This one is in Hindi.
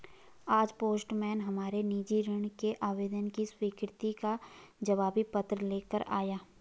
आज पोस्टमैन हमारे निजी ऋण के आवेदन की स्वीकृति का जवाबी पत्र ले कर आया